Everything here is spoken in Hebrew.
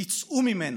תצאו ממנה.